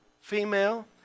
female